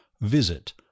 visit